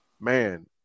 man